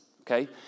okay